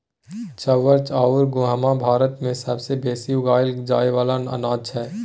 चाउर अउर गहुँम भारत मे सबसे बेसी उगाएल जाए वाला अनाज छै